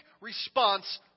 response